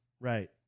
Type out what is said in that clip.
Right